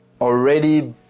already